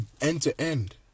end-to-end